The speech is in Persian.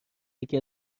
یکی